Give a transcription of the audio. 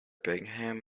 bingham